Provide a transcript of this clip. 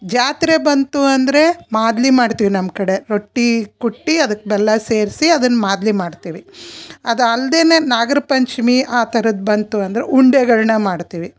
ಜಾತ್ರೆ ಬಂತು ಅಂದರೆ ಮಾದಲಿ ಮಾಡ್ತೀವಿ ನಮ್ಮ ಕಡೆ ರೊಟ್ಟಿ ಕುಟ್ಟಿ ಅದಕ್ಕೆ ಬೆಲ್ಲ ಸೇರಿಸಿ ಅದನ್ನು ಮಾದಲಿ ಮಾಡ್ತೀವಿ ಅದು ಅಲ್ದೇ ನಾಗ್ರ ಪಂಚಮಿ ಆ ಥರದ್ದು ಬಂತು ಅಂದ್ರೆ ಉಂಡೆಗಳನ್ನ ಮಾಡ್ತೀವಿ